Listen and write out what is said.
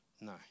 No